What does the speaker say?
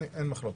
אין מחלוקת,